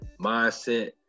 mindset